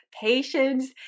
Patience